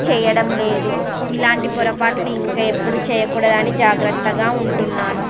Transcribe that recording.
చేయడం లేదు ఇలాంటి పొరపాట్లు ఇంక ఎప్పుడు చేయకూడదని జాగ్రత్తగా ఉంటున్నాను